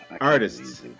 Artists